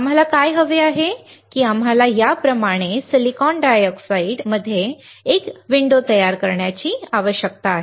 आम्हाला काय हवे आहे की आम्हाला याप्रमाणे SiO2 मध्ये एक विंडो तयार करण्याची आवश्यकता आहे